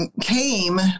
came